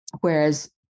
Whereas